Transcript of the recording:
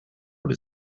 what